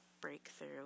breakthrough